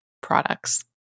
products